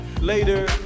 Later